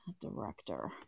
Director